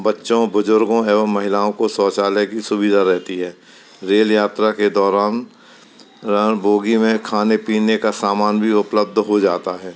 बच्चों बुजुर्गों और महिलाओं को शौचालय की सुविधा रहती है रेल यात्रा के दौरान बोगी में खाने पीने का सामान भी उपलब्ध हो जाता है